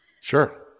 Sure